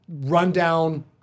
rundown